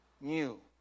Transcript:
New